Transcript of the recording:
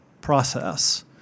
process